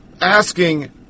asking